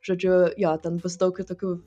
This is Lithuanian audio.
žodžiu jo ten bus daug kitokių